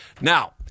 Now